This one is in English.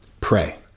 pray